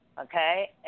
okay